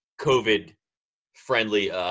COVID-friendly